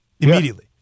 immediately